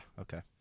okay